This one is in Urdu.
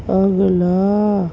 اگلا